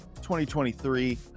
2023